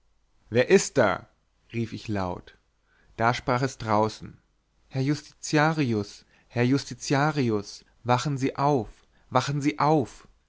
wer ist da rief ich laut da sprach es draußen herr justitiarius herr justitiarius wachen sie auf wachen sie auf